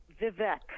Vivek